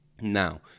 now